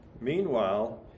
Meanwhile